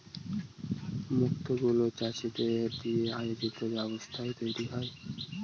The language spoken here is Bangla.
মুক্ত গুলো চাষীদের দিয়ে আয়োজিত ব্যবস্থায় তৈরী হয়